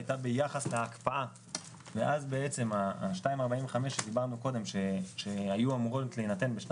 אינו עולה על 2.45% יידחה העדכון לשנה